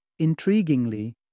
intriguingly